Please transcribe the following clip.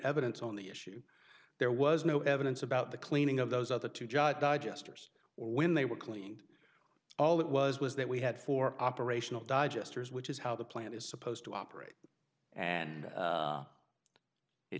evidence on the issue there was no evidence about the cleaning of those other two jot digesters or when they were cleaned all that was was that we had four operational digesters which is how the plant is supposed to operate and